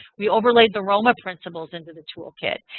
we overlaid enrollment principles into the tool kit.